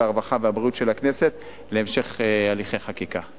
הרווחה והבריאות של הכנסת להמשך הליכי חקיקה.